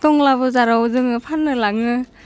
थंला बजाराव जोङो फान्नो लाङो